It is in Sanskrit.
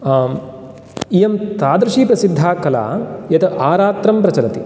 आम् इयं तादृशी प्रसिद्धा कला यत् आरात्रं प्रचलति